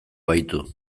baitu